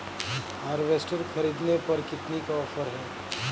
Harvester ख़रीदने पर कितनी का ऑफर है?